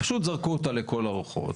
פשוט זרקו אותה לכל הרוחות.